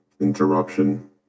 interruption